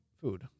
food